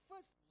First